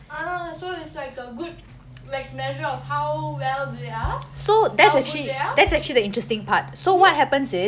ah so it's like the good like measure of how well they are how good they are mmhmm